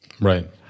right